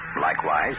Likewise